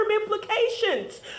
implications